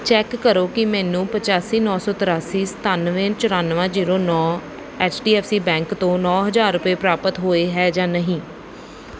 check ਕਰੋ ਕਿ ਮੈਨੂੰ ਪਚਾਸੀ ਨੌ ਸੌ ਤ੍ਰਿਆਸੀ ਸਤਾਨਵੇਂ ਚੁਰਾਨਵੇਂ ਜ਼ੀਰੋ ਨੌ H D F C bank ਤੋਂ ਨੌ ਹਜ਼ਾਰ ਰੁਪਏ ਪ੍ਰਾਪਤ ਹੋਏ ਹੈ ਜਾਂ ਨਹੀਂ